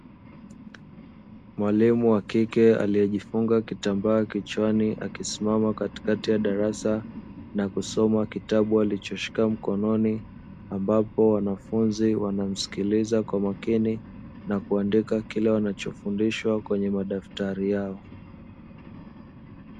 Mwalimu wa kike aliyejifunga kitambaa kichwani, akisimama katikati ya darasa na kusoma kitabu alichoshika mkononi, ambapo wanafunzi wanamsikiliza kwa makini na kuandika kile walichofundishwa kwenye madaftari yao.